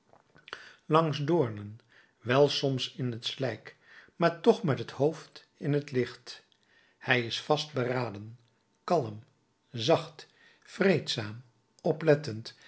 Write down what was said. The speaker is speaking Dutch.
langs doornen wel soms in het slijk maar toch met het hoofd in het licht hij is vastberaden kalm zacht vreedzaam oplettend